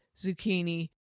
zucchini